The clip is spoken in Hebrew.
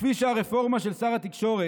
וכפי שהרפורמה של שר התקשורת